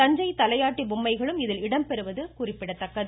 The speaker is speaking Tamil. தஞ்சை தலையாட்டி பொம்மைகளும் இதில் இடம்பெறுவது குறிப்பிடத்தக்கது